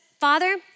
Father